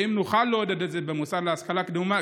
ואם נוכל לעודד את זה במוסד להשכלה גבוהה,